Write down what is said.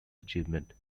achievement